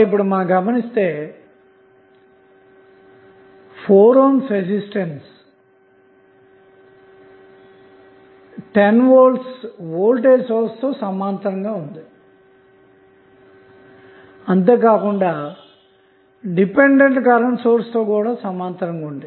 ఇప్పుడు గమనిస్తే 4 ohmరెసిస్టర్ 10V వోల్టేజ్ సోర్స్తో సమాంతరంగా ఉంది అంతేకాకుండా డిపెండెంట్ కరెంట్ సోర్స్తో కూడా సమాంతరంగా ఉంది